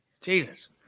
Jesus